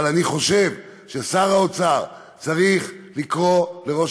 אבל אני חושב ששר האוצר צריך לקרוא לראש